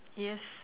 yes